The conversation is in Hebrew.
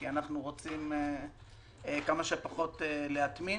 כי אנחנו רוצים כמה שפחות להטמין,